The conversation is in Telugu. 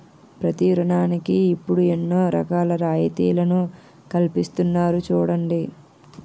ప్రతి ఋణానికి ఇప్పుడు ఎన్నో రకాల రాయితీలను కల్పిస్తున్నారు చూడండి